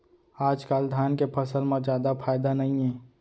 आजकाल धान के फसल म जादा फायदा नइये